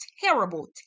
terrible